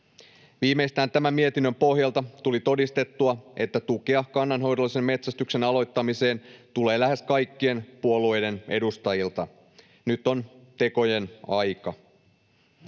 Viimeistään tämän mietinnön pohjalta tuli todistettua, että tukea kannanhoidollisen metsästyksen aloittamiseen tulee lähes kaikkien puolueiden edustajilta. Nyt on tekojen aika.